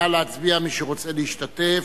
נא להצביע, מי שרוצה להשתתף.